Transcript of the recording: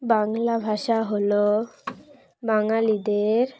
বাংলা ভাষা হলো বাঙালিদের